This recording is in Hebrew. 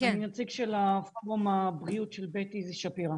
אני נציג פורום הבריאות של בית איזי שפירא